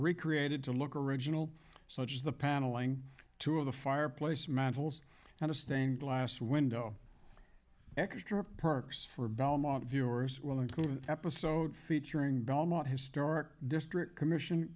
recreated to look original such as the paneling two of the fireplace mantle and a stained glass window extra perks for belmont viewers will include an episode featuring belmont historic district commission